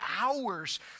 hours